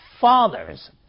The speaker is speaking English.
fathers